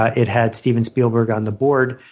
ah it had steven spielberg on the board.